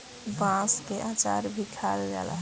बांस के अचार भी खाएल जाला